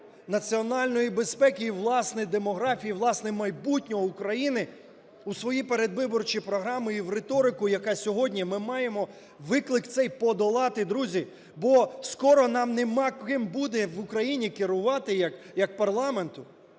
національної безпеки і, власне, демографії, власне, майбутнього України у свої передвиборчі програми і в риторику, яка сьогодні… Ми маємо виклик цей подолати, друзі, бо скоро нам нема ким буде в Україні керувати як парламенту.